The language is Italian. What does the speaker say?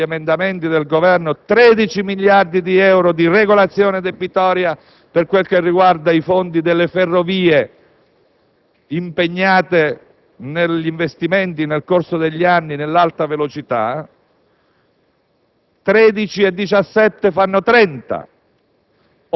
Ci siamo ritrovati inoltre (è uno degli oggetti degli emendamenti del Governo) 13 miliardi di euro di regolazione debitoria per quanto riguarda i fondi delle Ferrovie impegnate negli investimenti, nel corso degli anni, nell'Alta velocità